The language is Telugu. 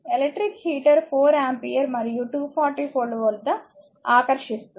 ఎలక్ట్రిక్ హీటర్ 4 ఆంపియర్ మరియు 240 వోల్ట్ వద్ద ఆకర్షిస్తుంది